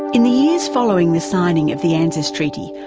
in the years following the singing of the anzus treaty,